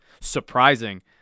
surprising